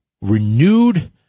renewed